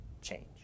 change